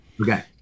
Okay